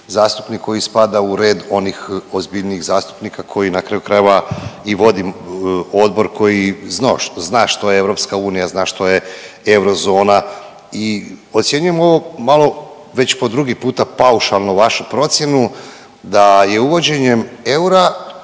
zastupnik koji spada u red onih ozbiljnijih zastupnika koji na kraju krajeva i vodi odbor koji zna što je EU, zna što je eurozona i ocjenjujem ovo malo već po drugi puta paušalno vašu procjenu da je uvođenjem eura